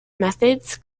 methods